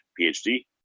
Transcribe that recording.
PhD